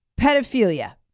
pedophilia